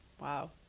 wow